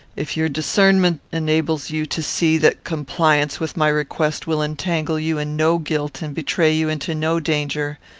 if your discernment enables you to see that compliance with my request will entangle you in no guilt and betray you into no danger,